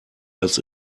als